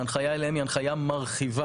ההנחיה אליהם היא הנחייה מרחיבה.